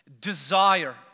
desire